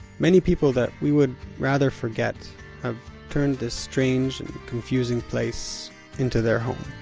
many people that we would rather forget, have turned this strange and confusing place into their home